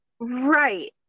Right